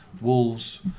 Wolves